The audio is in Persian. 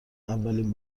اولین